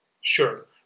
Sure